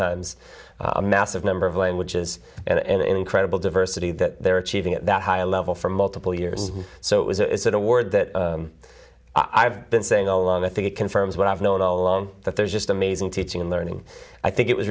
times a massive number of languages and an incredible diversity that they're achieving at that high level for multiple years so it was a good award that i've been saying all and i think it confirms what i've known all along that there's just amazing teaching and learning i think it was